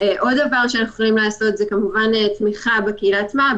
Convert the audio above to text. עוד דבר שאנחנו יכולים לעשות הוא כמובן תמיכה בקהילה עצמה.